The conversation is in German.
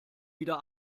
wieder